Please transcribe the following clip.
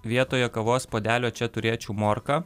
vietoje kavos puodelio čia turėčiau morką